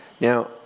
Now